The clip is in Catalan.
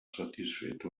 satisfet